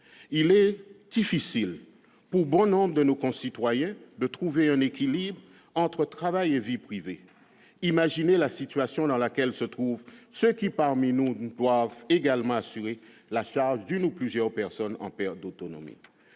eux-mêmes. Pour bon nombre de nos concitoyens, il est difficile de trouver un équilibre entre travail et vie privée. Imaginez la situation dans laquelle se trouvent ceux qui, parmi nous, doivent également assumer la charge d'une ou de plusieurs personnes en perte d'autonomie